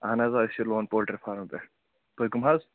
اہن حظ أسۍ چھِ لون پولٹِرٛی فارم پٮ۪ٹھ تُہۍ کٕم حظ